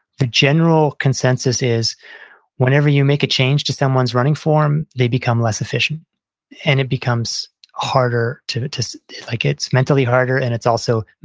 the general consensus is whenever you make a change to someone's running form, they become less efficient and it becomes harder to, like it's mentally harder and it's also,